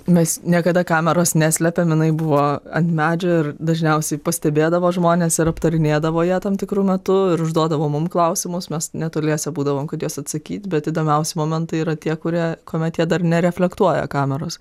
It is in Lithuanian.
mes niekada kameros neslepėm jinai buvo ant medžio ir dažniausiai pastebėdavo žmonės ir aptarinėdavo ją tam tikru metu ir užduodavo mum klausimus mes netoliese būdavom kad į juos atsakyt bet įdomiausi momentai yra tie kurie kuomet jie dar nereflektuoja kameros